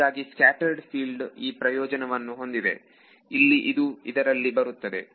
ಹೀಗಾಗಿ scattered field ಈ ಪ್ರಯೋಜನವನ್ನು ಹೊಂದಿದೆ ಇಲ್ಲಿ ಇದು ಇದರಲ್ಲಿ ಬರುತ್ತದೆ